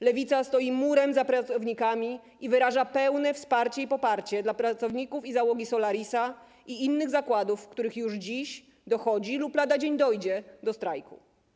Lewica stoi murem za pracownikami i wyraża pełne wsparcie i poparcie dla pracowników i załogi Solarisa i innych zakładów, w których już dziś dochodzi lub lada dzień dojdzie do strajku.